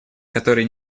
которые